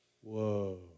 Whoa